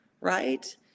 right